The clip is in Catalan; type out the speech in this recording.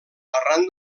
arran